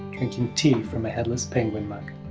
drinking tea from a headless penguin mug